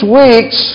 weeks